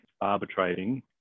arbitrating